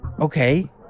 Okay